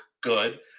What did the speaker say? good